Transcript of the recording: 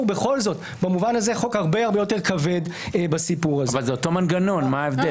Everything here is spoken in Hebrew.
היו מלומדים, פרופ' יואב דותן, פרופ' גידי ספיר,